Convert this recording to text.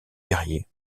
guerriers